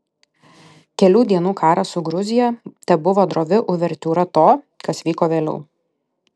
kelių dienų karas su gruzija tebuvo drovi uvertiūra to kas vyko vėliau